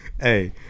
Hey